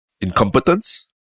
incompetence